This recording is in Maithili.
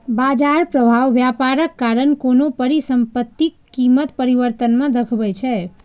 बाजार प्रभाव व्यापारक कारण कोनो परिसंपत्तिक कीमत परिवर्तन मे देखबै छै